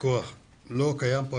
שהפיקוח לא קיים פה.